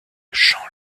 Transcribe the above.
chant